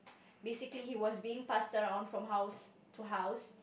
basically he was being passed around from house to house